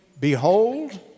Behold